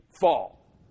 fall